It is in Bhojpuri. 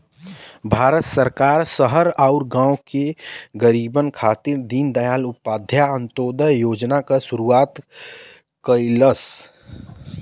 भारत सरकार शहर आउर गाँव के गरीबन खातिर दीनदयाल उपाध्याय अंत्योदय योजना क शुरूआत कइलस